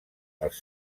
els